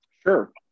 Sure